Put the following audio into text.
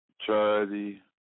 charity